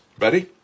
Ready